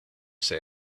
say